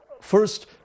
first